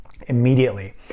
immediately